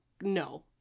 no